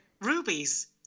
rubies